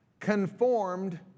conformed